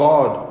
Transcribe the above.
God